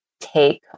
take